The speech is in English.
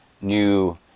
new